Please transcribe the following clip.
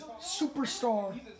superstar